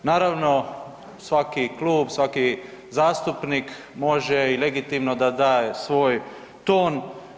Naravno svaki klub, svaki zastupnik može i legitimno da da svoj ton.